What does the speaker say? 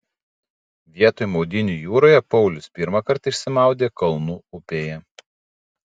vietoj maudynių jūroje paulius pirmą kartą išsimaudė kalnų upėje